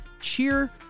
cheer